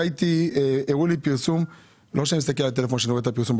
הראו לי פרסום ב-חדרה - לא שאני מסתכל על הפרסום כשאני רואה אותו בטלפון